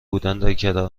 آدمای